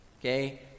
okay